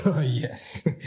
Yes